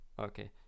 okay